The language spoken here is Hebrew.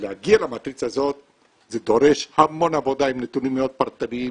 להגיע למטריצה הזאת זה דורש המון עבודה עם נתונים מאוד פרטניים